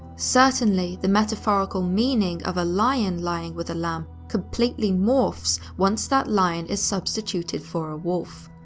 certainly, the metaphorical meaning of a lion lying with a lamb completely morphs once that lion is substituted for a wolf.